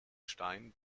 stein